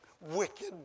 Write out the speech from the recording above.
wicked